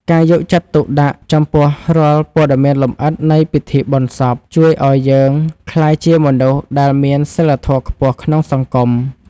ការយកចិត្តទុកដាក់ចំពោះរាល់ព័ត៌មានលម្អិតនៃពិធីបុណ្យសពជួយឱ្យយើងក្លាយជាមនុស្សដែលមានសីលធម៌ខ្ពស់ក្នុងសង្គម។